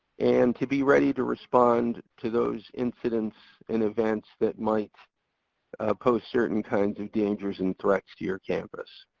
and to be ready to respond to those incidents in advance that might pose certain kinds of dangers and threats to your campus.